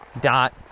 Dot